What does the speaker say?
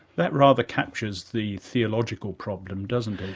that rather captures the theological problem, doesn't it?